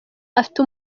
afite